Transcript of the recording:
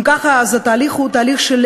אם ככה, אז התהליך הוא של התחלקות